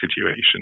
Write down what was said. situation